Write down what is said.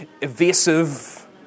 evasive